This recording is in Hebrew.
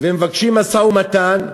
ומבקשים משא-ומתן,